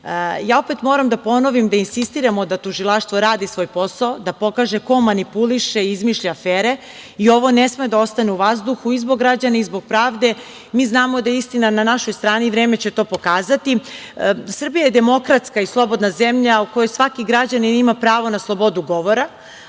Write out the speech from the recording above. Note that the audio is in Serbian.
moram da ponovim da insistiramo da tužilaštvo radi svoj posao, da pokaže ko manipuliše i izmišlja afere. Ovo ne sme da ostane u vazduhu i zbog građana i zbog pravde. Mi znamo da je istina na našoj strani i vreme će to pokazati. Srbija je demokratska i slobodna zemlja u kojoj svaki građanin ima pravo na slobodu govora,